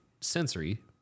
sensory